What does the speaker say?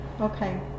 Okay